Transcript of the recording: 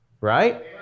Right